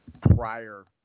prior